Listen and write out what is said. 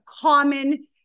common